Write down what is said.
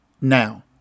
now